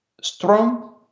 strong